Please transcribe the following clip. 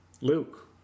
Luke